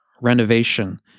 Renovation